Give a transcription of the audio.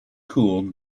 cooled